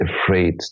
afraid